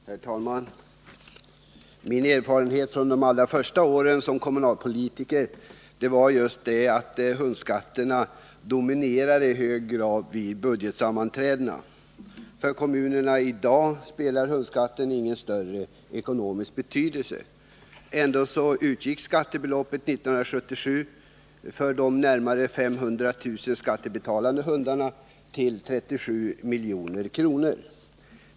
Nr 54 Herr talman! Min erfarenhet från de allra första åren som kommunalpo Måndagen den litiker var att hundskatterna i hög grad dominerade vid budgetsammanträ 17 december 1979 dena. För kommunerna har hundskatten i dag ingen större betydelse. Ändå uppgick skattebeloppet 1977 från de närmare 500 000 skattebetalande Om åtgärder för hundägarna till 37 milj.kr.